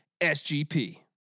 SGP